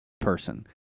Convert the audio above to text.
person